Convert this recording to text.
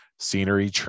Scenery